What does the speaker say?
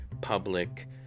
public